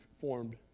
formed